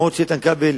גם אם איתן כבל